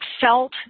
felt